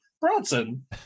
Bronson